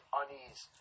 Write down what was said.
unease